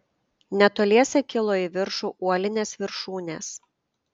netoliese kilo į viršų uolinės viršūnės